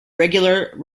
regular